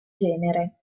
genere